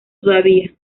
todavía